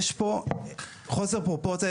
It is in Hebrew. יש פה חוסר פרופורציה.